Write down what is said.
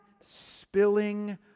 spilling